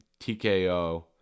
TKO